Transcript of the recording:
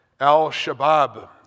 Al-Shabaab